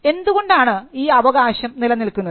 എന്തുകൊണ്ടാണ് ഈ അവകാശം നിലനിൽക്കുന്നത്